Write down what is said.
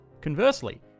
Conversely